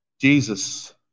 Jesus